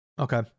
okay